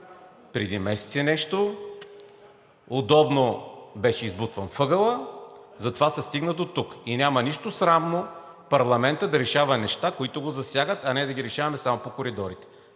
преди месец и нещо, удобно беше избутван в ъгъла, затова се стигна дотук. И няма нищо срамно парламентът да решава неща, които го засягат, а не да ги решаваме само по коридорите.